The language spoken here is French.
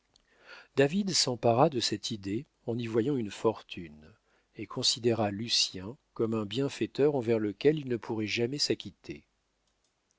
david s'empara de cette idée en y voyant une fortune et considéra lucien comme un bienfaiteur envers lequel il ne pourrait jamais s'acquitter